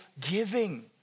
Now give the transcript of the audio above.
giving